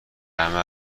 همه